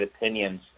opinions